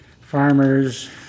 farmers